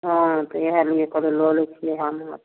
हाँ तऽ इएहलिए कहलिए लऽ लै छिए हमहूँ